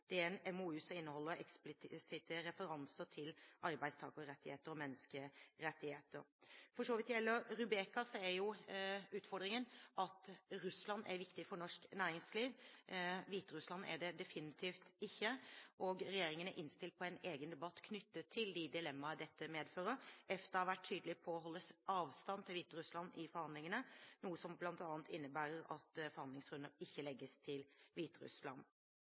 Det er en MoU som inneholder eksplisitte referanser til arbeidstakerrettigheter og menneskerettigheter. For så vidt gjelder RuBeKa, er utfordringen at Russland er viktig for norsk næringsliv, Hvite-Russland er det definitivt ikke. Regjeringen er innstilt på en egen debatt knyttet til de dilemmaer dette medfører. EFTA har vært tydelig på å holde avstand til Hviterussland i forhandlingene, noe som bl.a. innebærer at forhandlingsrunder ikke legges til